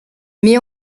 mais